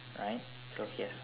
right so he has